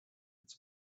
its